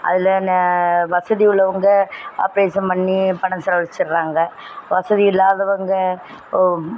அதில் ன வசதி உள்ளவங்கள் ஆப்ரேசன் பண்ணி பணம் செலவழிச்சிட்றாங்க வசதி இல்லாதவங்கள்